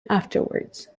afterwards